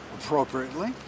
appropriately